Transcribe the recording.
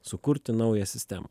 sukurti naują sistemą